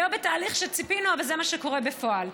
לא בתהליך שציפינו אבל זה מה שקורה בפועל.